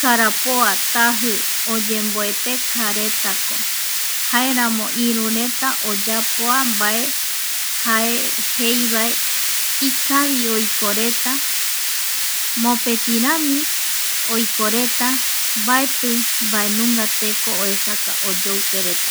Karapoa, taji. Oyemboetekaretako jaeramo iru reta oyapoa mbae jae jeivae ikavi oikoreta, mopetirami oikoreta mbaeti mbaenunga teko oesaka oyoupereta.